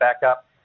backup